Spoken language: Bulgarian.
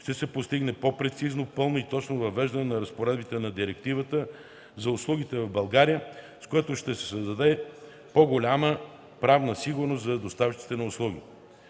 ще се постигне по-прецизно, пълно и точно въвеждане на разпоредбите на Директивата за услугите в България, с което ще се създаде по-голяма правна сигурност за доставчиците на услуги.